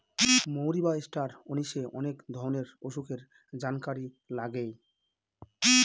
মৌরি বা star anise অনেক ধরনের অসুখের জানকারি লাগে